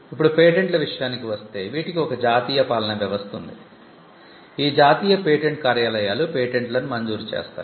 ఇప్పుడు పేటెంట్ల విషయానికి వస్తే వీటికి ఒక జాతీయ పాలనా వ్యవస్థ ఉంది ఈ జాతీయ పేటెంట్ కార్యాలయాలు పేటెంట్లను మంజూరు చేస్తాయి